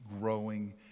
growing